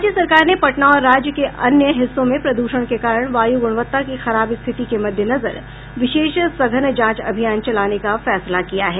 राज्य सरकार ने पटना और राज्य के अन्य हिस्सों में प्रद्षण के कारण वायु गुणवत्ता की खराब स्थिति के मद्देनजर विशेष सघन जांच अभियान चलाने का फैसला किया है